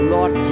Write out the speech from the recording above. Lord